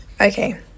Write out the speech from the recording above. Okay